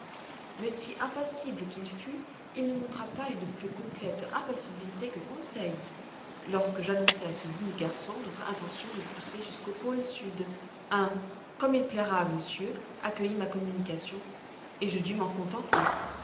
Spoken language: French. mais si impassible qu'il fût il ne montra pas une plus complète impassibilité que conseil lorsque j'annonçai à ce digne garçon notre intention de pousser jusqu'au pôle sud un comme il plaira à monsieur accueillit ma communication et je dus m'en contenter